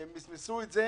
מסמסו את זה,